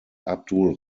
abdul